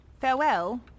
Farewell